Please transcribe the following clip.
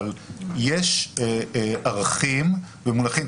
אבל יש ערכים ומונחים,